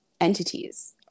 entities